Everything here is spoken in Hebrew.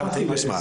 תרתי משמע.